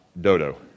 Dodo